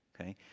okay